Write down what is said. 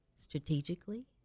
strategically